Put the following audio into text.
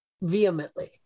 vehemently